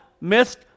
missed